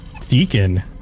Deacon